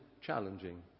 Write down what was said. challenging